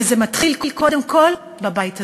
וזה מתחיל קודם כול בבית הזה.